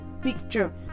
picture